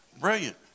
brilliant